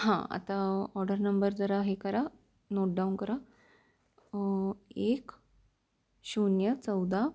हां आता order number जरा हे करा नोटडाऊन करा एक शून्य चौदा